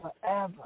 forever